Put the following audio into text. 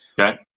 Okay